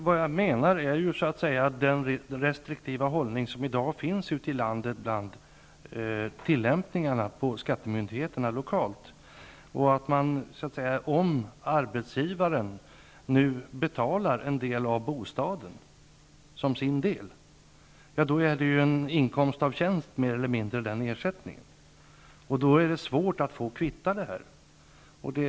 Fru talman! Det finns i dag en restriktiv hållning ute i landet hos de lokala skattemyndigheterna när det gäller tillämpningn. Om arbetsgivaren betalar en del av bostaden är ju den ersättningen mer eller mindre en inkomst av tjänst. Då är det svårt att få kvitta detta.